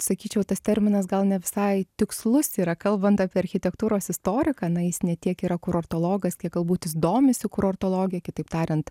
sakyčiau tas terminas gal ne visai tikslus yra kalbant apie architektūros istoriką na jis ne tiek yra kurortologas kiek galbūt jis domisi kurortologija kitaip tariant